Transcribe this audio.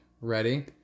Ready